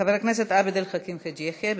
חבר הכנסת עבד אל חכים חאג' יחיא,